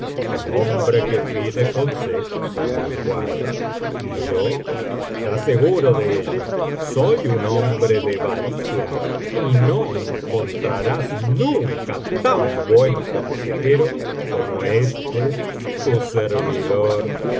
el hombre que pide consejo se resguarda y yo está seguro de ello soy un hombre de valía y no encontrarás nunca tan buen consejero como este tu servidor